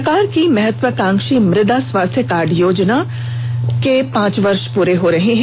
सरकार की महत्वाकांक्षी मृदा स्वास्थ्य कार्ड योजना के पांच वर्ष पूरे हो रहे हैं